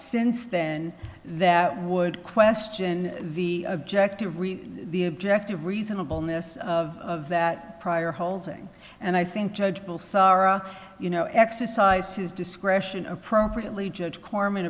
since then that would question the objective the objective reasonable nys of that prior holding and i think judge bill sarra you know exercised his discretion appropriately judge korman